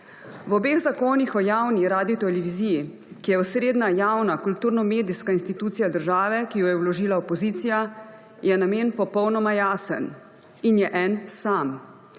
V obeh zakonih o Javni Radioteleviziji, ki je osrednja, javna, kulturno-medijska institucija države, ki jo je vložila opozicija, je namen popolnoma jasen in je en sam.